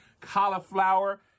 cauliflower